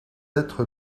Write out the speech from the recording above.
être